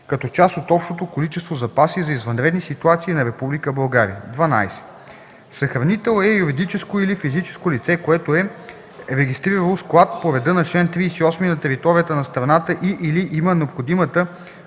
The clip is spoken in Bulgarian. като част от общото количество запаси за извънредни ситуации на Република България. 12. „Съхранител” е юридическо или физическо лице, което е регистрирало склад по реда на чл. 38 на територията на страната и/или има необходимата